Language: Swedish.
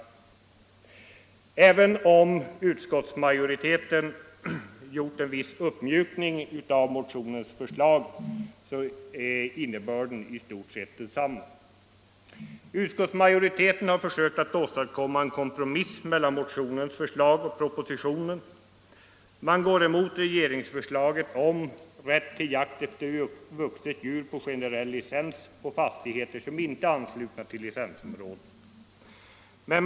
Även om utskottsmajoriteten gjort en viss uppmjukning av motionens förslag är innebörden i stort sett densamma. Utskottsmajoriteten har försökt att åstadkomma en kompromiss mellan motionens förslag och propositionen. Man går emot regeringsförslaget om rätt till jakt efter vuxet djur på generell licens på fastigheter som inte är anslutna till licensområden.